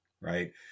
right